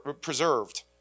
preserved